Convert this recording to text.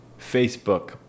Facebook